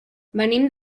venim